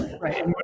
right